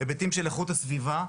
היבטים של איכות הסביבה,